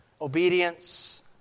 obedience